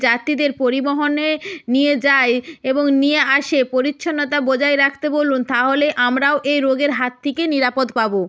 যাত্রীদের পরিবহনে নিয়ে যায় এবং নিয়ে আসে পরিচ্ছন্নতা বজায় রাখতে বলুন তাহলে আমরাও এই রোগের হাত থেকে নিরাপদ পাবো